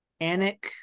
Anik